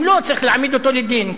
אם לא, צריך להעמיד אותו לדין.